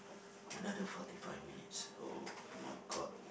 another forty five minutes oh-my-god